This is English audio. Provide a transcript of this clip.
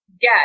get